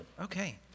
Okay